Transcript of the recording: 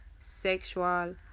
sexual